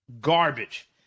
garbage